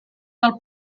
del